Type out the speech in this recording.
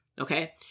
Okay